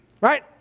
right